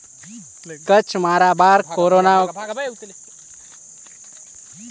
कच्छ, माराबार, कोरोमंडल कर समुंदर तट में सबले बगरा मछरी कर उत्पादन होथे